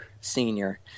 senior